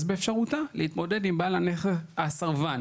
אז אפשרותה להתמודד עם בעל הכנס הסרבן.